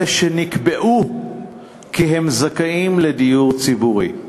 אלה שנקבעו כי הם זכאים לדיור ציבורי,